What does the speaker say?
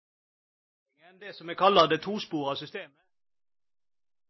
enn det som gjerne er